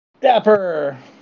Dapper